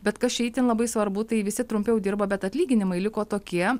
bet kas čia itin labai svarbu tai visi trumpiau dirba bet atlyginimai liko tokie